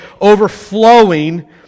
overflowing